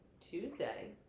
Tuesday